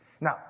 Now